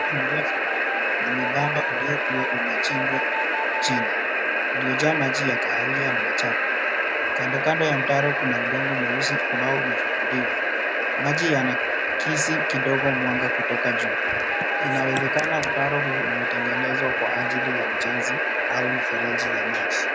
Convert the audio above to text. Mto mrefu na mwembamba uliokuwa umechimbwa chini, uliojaa maji ya kahawia na machafu. Kandokando ya mtaro kuna udongo mweusi ambao umefukuliwa. maji yanakisi kidogo mwanga kutoka juu. Inawezekana mtaro huu umetengenezwa kwa ajili ya ujenzi au mfereji ya maji.